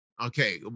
Okay